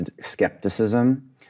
skepticism